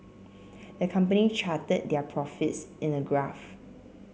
the company charted their profits in a graph